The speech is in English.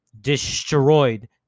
destroyed